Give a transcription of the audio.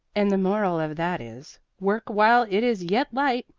and the moral of that is, work while it is yet light,